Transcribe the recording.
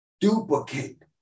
Duplicate